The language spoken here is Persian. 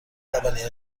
اولین